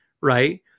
right